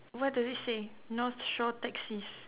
what does it say North Shore taxis